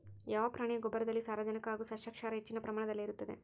ಯಾವ ಪ್ರಾಣಿಯ ಗೊಬ್ಬರದಲ್ಲಿ ಸಾರಜನಕ ಹಾಗೂ ಸಸ್ಯಕ್ಷಾರ ಹೆಚ್ಚಿನ ಪ್ರಮಾಣದಲ್ಲಿರುತ್ತದೆ?